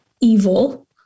evil